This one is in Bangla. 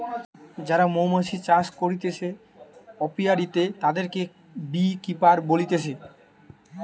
যারা মৌমাছি চাষ করতিছে অপিয়ারীতে, তাদিরকে বী কিপার বলতিছে